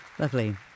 Lovely